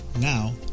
Now